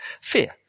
Fear